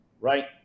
right